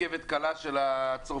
הרכבת הקלה של הצרפתים